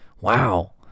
Wow